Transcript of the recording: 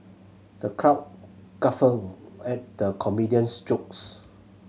the crowd guffawed at the comedian's jokes